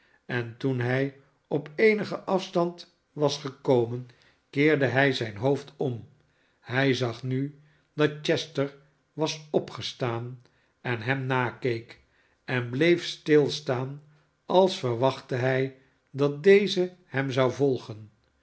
en toen hij op eenigen afstand was gekomen keerde hij zijn hoofd om hij zag nu dat chester was opgestaan en hem nakeek en bleef stilstaan als verwachtte hij dat deze hem zou volgen